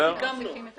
לא סיכמנו.